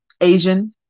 Asian